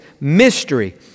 Mystery